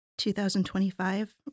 2025